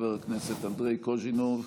חבר הכנסת אנדרי קוז'ינוב.